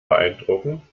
beeindrucken